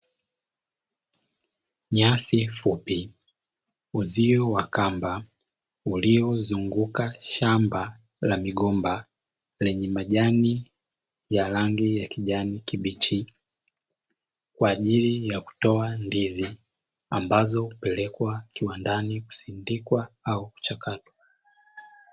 Nyasi fupi, uzio wa kamba uliozunguka shamba la migomba lenye majani ya rangi ya kijani kibichi kwa ajili ya kutoa ndizi, ambazo hupelekwa kiwandani kwa ajili ya kusidikwa au kuchakatwa.